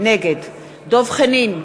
נגד דב חנין,